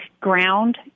ground